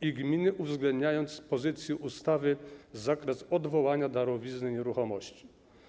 i gmin z uwzględnieniem, z pozycji ustawy, zakresu odwołania darowizny nieruchomości.